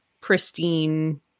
pristine